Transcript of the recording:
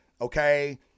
Okay